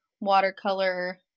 watercolor